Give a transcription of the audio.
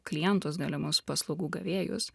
klientus galimus paslaugų gavėjus